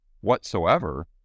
whatsoever